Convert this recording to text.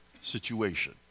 situation